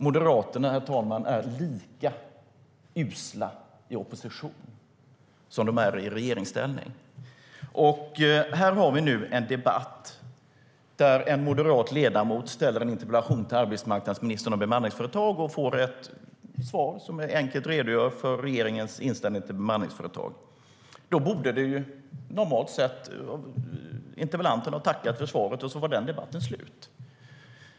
Moderaterna, herr talman, är lika usla i opposition som de är i regeringsställning. Här har vi nu en debatt om en interpellation som en moderat ledamot ställt till arbetsmarknadsministern om bemanningsföretag, och interpellanten får ett svar som enkelt redogör för regeringens inställning till bemanningsföretag. Då borde interpellanten normalt sett ha tackat för svaret, och med det skulle debatten ha varit slut.